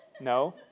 no